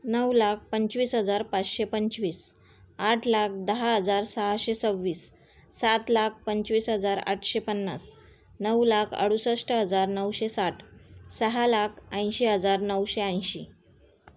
नऊ लाख पंचवीस हजार पाचशे पंचवीस आठ लाख दहा हजार सहाशे सव्वीस सात लाख पंचवीस हजार आठशे पन्नास नऊ लाख अडुसष्ट हजार नऊशे साठ सहा लाख ऐंशी हजार नऊशे ऐंशी